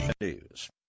news